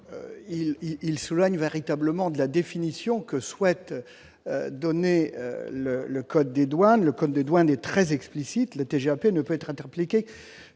il souligné véritablement de la définition que souhaite donner le le code des douanes, le code des douanes et très explicite les TGAP ne peut être